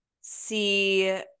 see